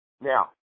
Now